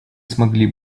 смогли